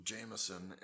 Jameson